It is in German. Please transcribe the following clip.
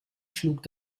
schlug